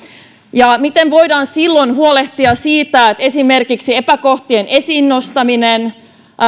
miten voidaan silloin huolehtia siitä että esimerkiksi epäkohtien esiin nostaminen